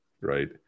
right